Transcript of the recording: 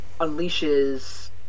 unleashes